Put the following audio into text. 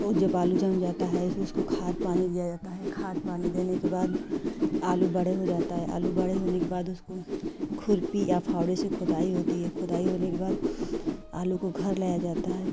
वह जब आलू जम जाता है उसमें उसको खाद पानी दिया जाता है खाद पानी देने के बाद आलू बड़े हो जाता है आलू बड़े होने के बाद उसको खुर्पी या फावड़े से खुदाई होती है खुदाई होने के बाद आलू को घर लाया जाता है